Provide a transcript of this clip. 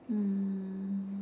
um